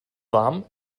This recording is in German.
warm